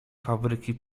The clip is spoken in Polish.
fabryki